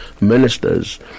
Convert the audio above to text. ministers